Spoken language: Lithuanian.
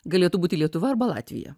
galėtų būti lietuva arba latvija